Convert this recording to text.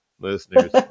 listeners